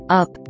up